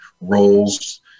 roles